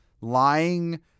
Lying